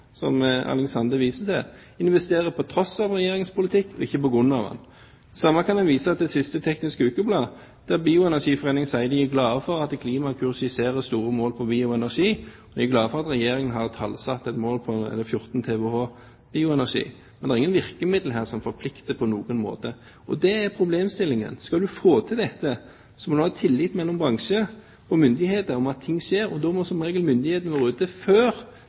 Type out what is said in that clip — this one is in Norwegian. som Alexandra viser til, investerer på tross av Regjeringens politikk, ikke på grunn av den. Det samme vises det til i siste Teknisk Ukeblad, der Norsk bioenergiforening sier at de er glad for at Klimakur skisserer store mål når det gjelder bioenergi. De er glad for at Regjeringen har tallfestet et mål på 14 TWh bioenergi, men det er ingen virkemidler her som på noen måte forplikter. Det er problemstillingen. Skal en få til dette, må det være tillit mellom bransjer og myndigheter til at ting skjer. Da må som regel myndighetene være ute før